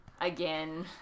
again